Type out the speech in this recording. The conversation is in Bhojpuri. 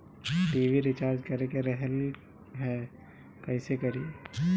टी.वी रिचार्ज करे के रहल ह कइसे करी?